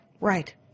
Right